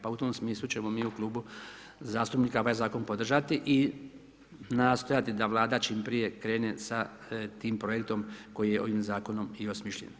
Pa u tom smislu ćemo mi u Klubu zastupnika ovaj zakon podržati i nastojati da Vlada čim prije krene sa tim projektom koji je ovim zakonom i osmišljen.